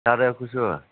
ꯆꯥꯔꯦ ꯑꯩꯈꯣꯏꯁꯨ